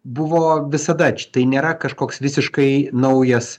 buvo visada tai nėra kažkoks visiškai naujas